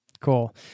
cool